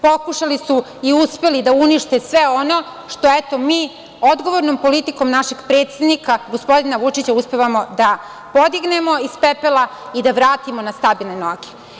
Pokušali su i uspeli da unište sve ono što, eto, mi odgovornom politikom našeg predsednika gospodina Vučića uspevamo da podignemo iz pepela i da vratimo na stabilne noge.